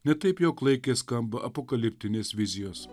ne taip jau klaikiai skamba apokaliptinės vizijos